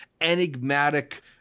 enigmatic